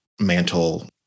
mantle